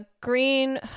green